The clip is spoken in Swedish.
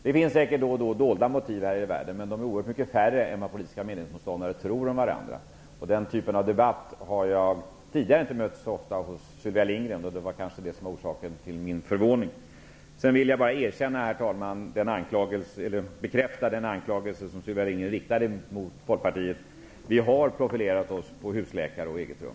Det finns säkert då och då dolda motiv här i världen, men de är oerhört mycket färre än vad politiska meningsmotståndare tror om varandra. Den typen av debatt har jag tidigare inte mött så ofta hos Sylvia Lindgren, och det var kanske orsaken till min förvåning. Sedan vill jag bara, herr talman, erkänna mig skyldig till den anklagelse som Sylvia Lindgren riktade mot Folkpartiet: Vi har profilerat oss på husläkare och eget rum.